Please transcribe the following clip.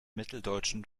mitteldeutschen